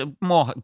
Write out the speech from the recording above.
more